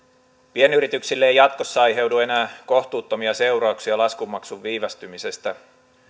pienyrityksille ei jatkossa aiheudu enää kohtuuttomia seurauksia laskun maksun viivästymisestä